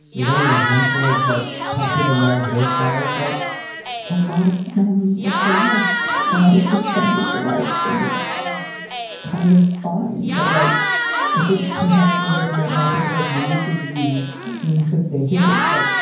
there's only a handful of, like, popular male hairstyles. like a lot of men look alike. a lot of suspect look alike. alike. and it's kind of fine. but like i think perhaps your look might not be as unique as you seem to think it is. like,